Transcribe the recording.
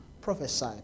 prophesy